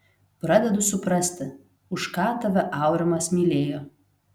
pradedu suprasti už ką tave aurimas mylėjo